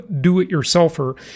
do-it-yourselfer